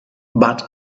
but